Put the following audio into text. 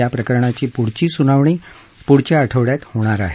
या प्रकरणाची पुढची सुनावणी पुढच्या आठवडयात होणार आहे